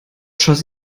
schoss